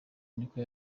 niko